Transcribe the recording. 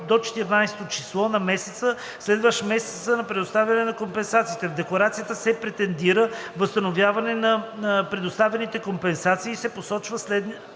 до 14-о число на месеца, следващ месеца на предоставяне на компенсациите. В декларацията се претендира възстановяване на предоставените компенсации и се посочват следните